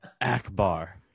Akbar